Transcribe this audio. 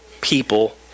people